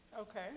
Okay